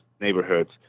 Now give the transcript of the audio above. neighborhoods